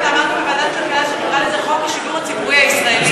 כי אתה אמרת בוועדת הכלכלה שנקרא לזה "חוק השידור הציבורי הישראלי".